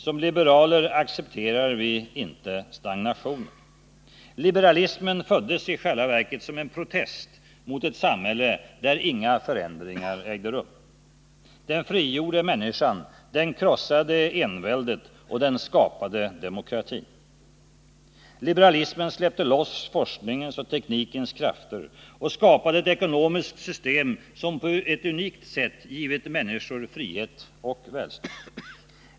Som liberaler accepterar vi inte stagnationen. Liberalismen föddes i själva verket som en protest mot ett samhälle där inga förändringar ägde rum. Den frigjorda människan krossade enväldet och skapade demokratin. Liberalismen släppte loss forskningens och teknikens krafter och skapade ett ekonomiskt system som på ett unikt sätt givit människor frihet och välstånd.